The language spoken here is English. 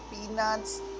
peanuts